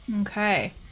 Okay